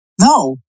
No